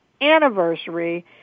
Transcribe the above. anniversary